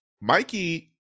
Mikey